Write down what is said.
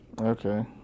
Okay